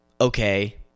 okay